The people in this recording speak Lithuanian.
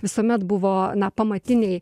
visuomet buvo na pamatiniai